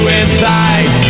inside